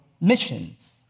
missions